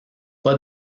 pas